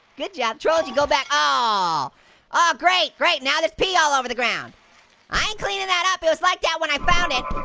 good job trolls you go back. ah all oh ah great great. now. let's pee all over the ground i'm cleaning that up. it was like that when i found it